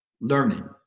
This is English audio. learning